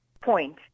point